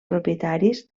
propietaris